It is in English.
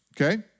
okay